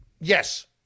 Yes